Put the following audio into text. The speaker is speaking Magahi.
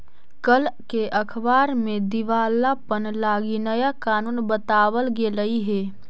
कल के अखबार में दिवालापन लागी नया कानून बताबल गेलई हे